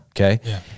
Okay